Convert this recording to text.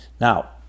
Now